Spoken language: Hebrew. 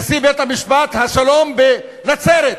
נשיא בית-משפט השלום בנצרת,